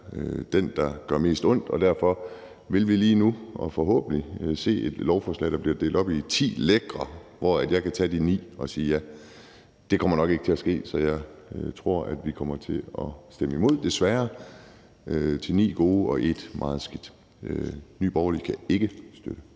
den, der gør mest ondt, og derfor vil vi forhåbentlig se et lovforslag, der så bliver delt op i ti lækre dele, hvor jeg kunne tage de ni at sige ja til. Det kommer nok ikke til at ske, så jeg tror, at vi kommer til at stemme imod, desværre – til ni gode og et meget skidt forslag. Nye Borgerlige kan ikke støtte